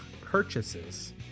purchases